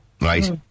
Right